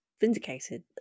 vindicated